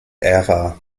ära